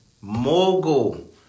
mogul